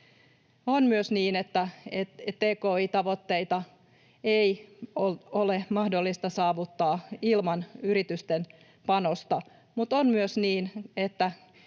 On myös niin, että tki-tavoitteita ei ole mahdollista saavuttaa ilman yritysten panosta, mutta on myös niin, että